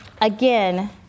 again